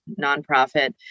nonprofit